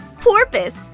Porpoise